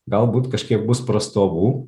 galbūt kažkiek bus prastovų